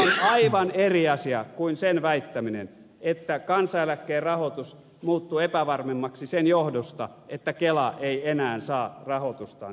mutta tämä on aivan eri asia kuin sen väittäminen että kansaneläkkeen rahoitus muuttuu epävarmemmaksi sen johdosta että kela ei enää saa rahoitustaan kelamaksun kautta